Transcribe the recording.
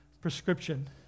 Prescription